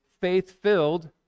faith-filled